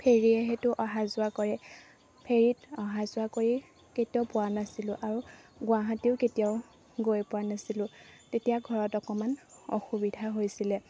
ফেৰিয়ে সেইটো অহা যোৱা কৰে ফেৰিত অহা যোৱা কৰি কেতিয়াও পোৱা নাছিলোঁ আৰু গুৱাহাটীও কেতিয়াও গৈ পোৱা নাছিলোঁ তেতিয়া ঘৰত অকণমান অসুবিধা হৈছিলে